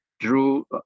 drew